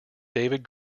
david